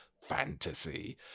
fantasy